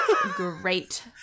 great